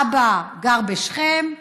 אבא גר בשכם,